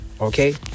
Okay